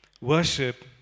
worship